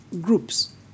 groups